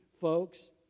folks